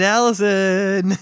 Allison